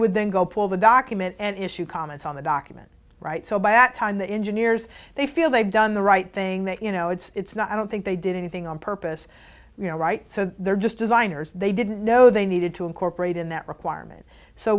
would then go pull the document and issue comments on the document right so by that time the engineers they feel they've done the right thing that you know it's not i don't think they did anything on purpose you know right so they're just designers they didn't know they needed to incorporate in that requirement so